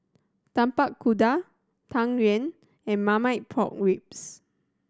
Tapak Kuda Tang Yuen and Marmite Pork Ribs